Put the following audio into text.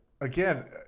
again